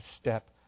step